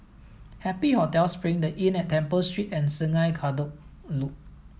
Happy Hotel Spring The Inn at Temple Street and Sungei Kadut Loop